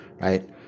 right